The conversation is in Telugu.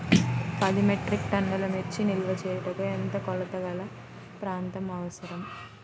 పది మెట్రిక్ టన్నుల మిర్చి నిల్వ చేయుటకు ఎంత కోలతగల ప్రాంతం అవసరం?